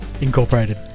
Incorporated